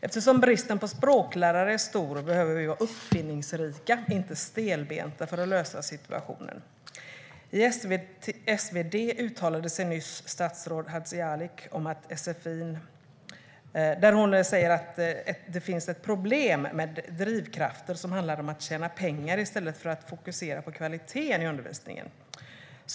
Eftersom bristen på språklärare är stor behöver vi vara uppfinningsrika och inte stelbenta för att lösa situationen. I SvD uttalade sig nyligen statsrådet Hadzialic om att det inom sfi finns ett problem med drivkrafter som handlar om att tjäna pengar i stället för att fokusera på kvaliteten i undervisningen.